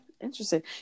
interesting